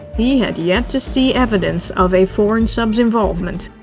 he had yet to see evidence of a foreign sub's involvement.